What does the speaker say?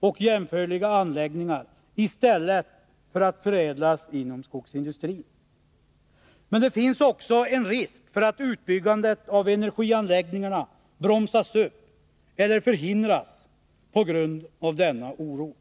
och jämförliga anläggningar i stället för att förädlas inom skogsindustrin. Men det finns också en risk för att utbyggnaden av energianläggningarna bromsas upp eller förhindras på grund av denna oro.